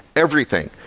everything.